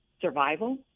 survival